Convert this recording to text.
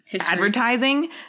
advertising